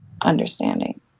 understanding